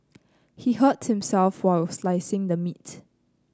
he hurt himself while slicing the meat